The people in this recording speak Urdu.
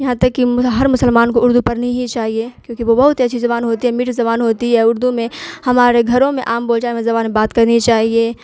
یہاں تک کہ ہر مسلمان کو اردو پڑھنی ہی چاہیے کیونکہ وہ بہت ہی اچھی زبان ہوتی ہے میٹھی زبان ہوتی ہے اردو میں ہمارے گھروں میں عام بول چال میں زبان میں بات کرنی چاہیے